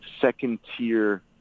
second-tier